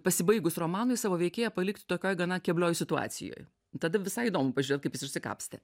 pasibaigus romanui savo veikėją palikti tokioj gana keblioj situacijoj tada visai įdomu pažiūrėt kaip jis išsikapstė